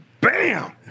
bam